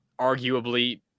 arguably